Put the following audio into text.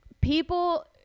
people